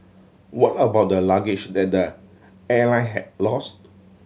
what about the luggage that the airline had lost